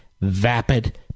vapid